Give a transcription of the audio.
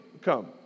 come